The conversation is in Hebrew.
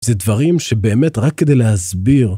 זה דברים שבאמת, רק כדי להסביר.